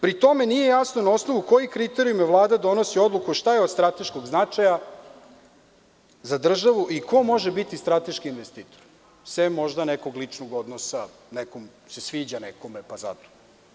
Pri tome, nije jasno na osnovu kojih kriterijuma Vlada donosi odluku šta je od strateškog značaja za državu i ko može biti strateški investitor, osim možda nekog ličnog odnosa, nekome se sviđa pa zato?